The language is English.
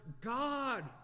God